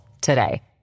today